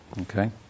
Okay